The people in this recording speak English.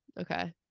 Okay